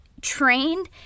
trained